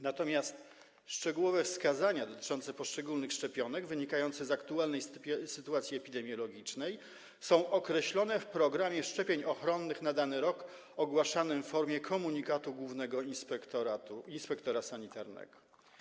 Natomiast szczegółowe wskazania dotyczące poszczególnych szczepionek wynikające z aktualnej sytuacji epidemiologicznej są określone w programie szczepień ochronnych na dany rok ogłaszanym w formie komunikatu głównego inspektora sanitarnego.